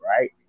right